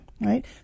Right